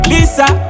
Lisa